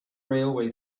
railway